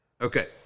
Okay